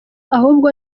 ahubwo